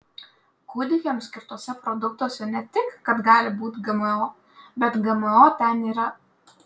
kūdikiams skirtuose produktuose ne tik kad gali būti gmo bet gmo ten yra